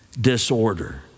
disorder